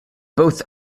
both